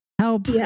help